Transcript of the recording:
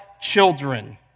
children